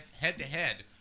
head-to-head